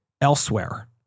elsewhere